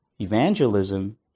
evangelism